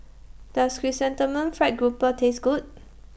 Does Chrysanthemum Fried Grouper Taste Good